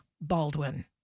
Baldwin